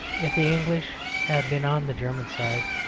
if the english had been on the german side,